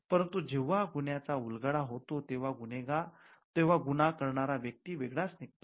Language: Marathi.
परंतु जेव्हा गुन्ह्याचा उलगडा होतो तेव्हा गुन्हा करणारा व्यक्ती वेगळाच निघतो